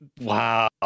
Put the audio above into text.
wow